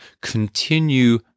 continue